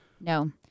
No